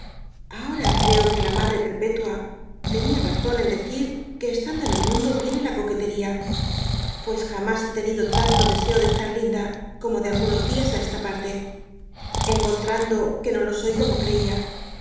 ahora creo que la mardre perpetua tenia razonen decir que en estando en el mundo viene la coquetería pues jamas hé tenido tanto deseo de tar linda como de lguno lias á edta parte encontrando que no lo soy como